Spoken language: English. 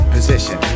Position